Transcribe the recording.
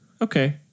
Okay